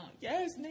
Yes